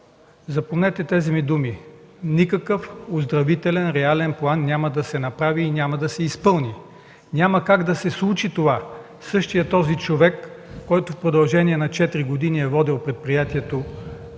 Запомнете тези ми думи – никакъв реален оздравителен план няма да се направи и няма да се изпълни. Няма как да се случи това! Същият този човек в продължение на 4 години е водил предприятието